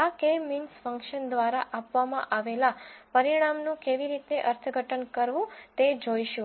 આ K means function દ્વારા આપવામાં આવેલા પરિણામનું કેવી રીતે અર્થઘટન કરવું તે જોઈશું